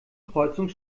kreuzung